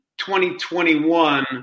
2021